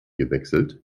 gewechselt